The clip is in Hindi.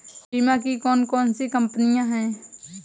बीमा की कौन कौन सी कंपनियाँ हैं?